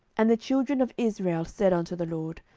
and the children of israel said unto the lord,